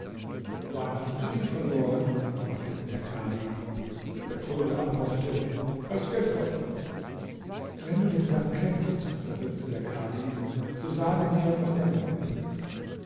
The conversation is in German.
wann hast du ihn verloren fragte ihn der kadhi der kurde antwortete erst gestern wenn du den sack kennst versetzte der kadhi so sage mir was darin ist